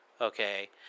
Okay